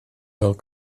fel